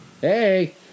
hey